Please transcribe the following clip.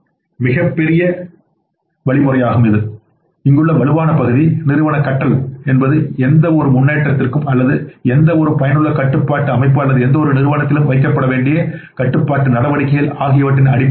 இது மிகப் பெரிய வழிமுறையாகும் இங்குள்ள வலுவான பகுதி நிறுவன கற்றல் என்பது எந்தவொரு முன்னேற்றத்திற்கும் அல்லது எந்தவொரு பயனுள்ள கட்டுப்பாட்டு அமைப்பு அல்லது எந்தவொரு நிறுவனத்திலும் வைக்கப்பட வேண்டிய கட்டுப்பாட்டு நடவடிக்கைகள் ஆகியவற்றின் அடிப்படையாகும்